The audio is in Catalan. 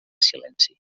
silenci